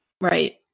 right